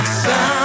sound